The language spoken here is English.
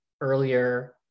earlier